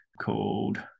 called